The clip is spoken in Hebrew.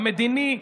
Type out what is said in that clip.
המדיני,